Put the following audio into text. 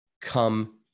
come